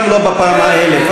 גם לא בפעם האלף.